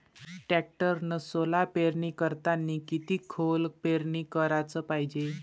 टॅक्टरनं सोला पेरनी करतांनी किती खोल पेरनी कराच पायजे?